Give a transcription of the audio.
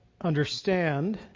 understand